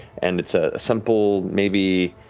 and it's a simple, maybe